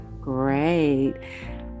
Great